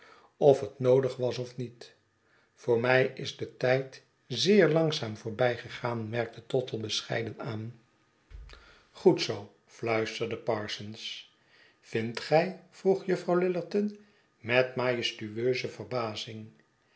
of het noodig was of niet voor mij is de tijd zeer langzaam voorbij gegaan merkte tottle bescheiden aan schetsen van boz goed zoo fluisterde parsons vindt gij vroegjuffrouwlillerton met majestueuze verbazing